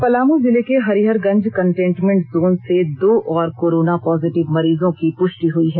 पलामू जिले के Hariharganj containment zone से दो और कोरोना पॉजिटिव मरीजों की पुष्टि हुई है